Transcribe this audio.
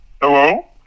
hello